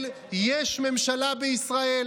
של יש ממשלה בישראל.